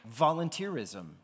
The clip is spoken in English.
volunteerism